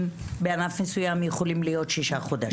בענף מסוים יכולים להיות שישה חודשים.